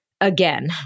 again